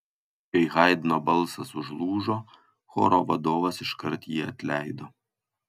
kai haidno balsas užlūžo choro vadovas iškart jį atleido